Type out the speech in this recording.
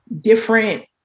different